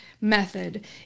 method